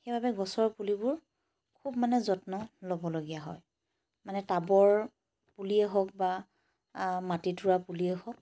সেইবাবে গছৰ পুলিবোৰ খুব মানে যত্ন ল'বলগীয়া হয় মানে টাবৰ পুলিয়ে হওক বা মাটিত ৰোৱা পুলিয়েই হওক